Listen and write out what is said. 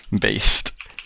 Based